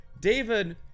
David